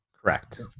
correct